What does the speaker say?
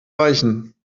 reichen